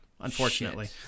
unfortunately